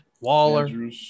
Waller